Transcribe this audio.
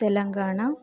Telangana